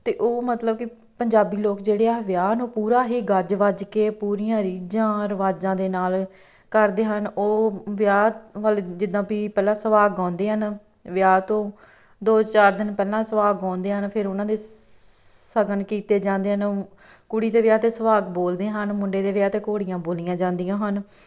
ਅਤੇ ਉਹ ਮਤਲਬ ਕਿ ਪੰਜਾਬੀ ਲੋਕ ਜਿਹੜੇ ਆ ਵਿਆਹ ਨੂੰ ਪੂਰਾ ਹੀ ਗੱਜ ਵੱਜ ਕੇ ਪੂਰੀਆਂ ਰੀਝਾਂ ਰਿਵਾਜ਼ਾਂ ਦੇ ਨਾਲ ਕਰਦੇ ਹਨ ਉਹ ਵਿਆਹ ਵਾਲੇ ਜਿੱਦਾਂ ਵੀ ਪਹਿਲਾਂ ਸੁਹਾਗ ਗਾਉਂਦੇ ਹਨ ਵਿਆਹ ਤੋਂ ਦੋ ਚਾਰ ਦਿਨ ਪਹਿਲਾਂ ਸੁਹਾਗ ਗਾਉਂਦੇ ਹਨ ਫਿਰ ਉਹਨਾਂ ਦੇ ਸ਼ਗਨ ਕੀਤੇ ਜਾਂਦੇ ਨੇ ਕੁੜੀ ਦੇ ਵਿਆਹ 'ਤੇ ਸੁਹਾਗ ਬੋਲਦੇ ਹਨ ਮੁੰਡੇ ਦੇ ਵਿਆਹ 'ਤੇ ਘੋੜੀਆਂ ਬੋਲੀਆਂ ਜਾਂਦੀਆਂ ਹਨ